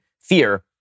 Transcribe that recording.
fear